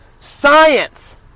Science